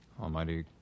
Almighty